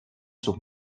sus